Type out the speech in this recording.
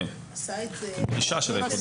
כן, גישה של האיחוד האירופי.